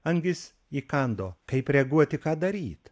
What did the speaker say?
angis įkando kaip reaguoti ką daryt